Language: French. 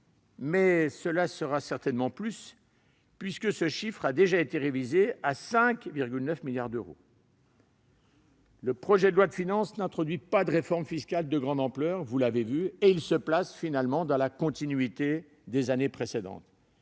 mais cela sera certainement davantage, puisque ce chiffre a déjà été révisé à 5,9 milliards d'euros. Le projet de loi de finances n'introduit pas de réforme fiscale de grande ampleur et se place dans la continuité des années précédentes.